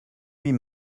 huit